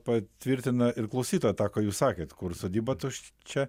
patvirtina ir klausytoja tą ką jūs sakėt kur sodyba tuščia